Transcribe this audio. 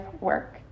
work